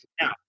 Now